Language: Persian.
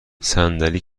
صندلی